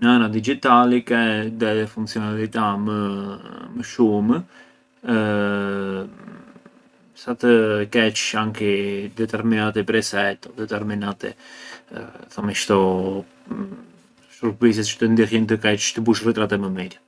na ë na digitali ke delle funzionalità më shumë sa të kesh anki determinati preset o determinati thomi ‘shtu shurbise çë të ndihjën të bush ritrate më mirë.